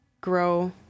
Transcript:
grow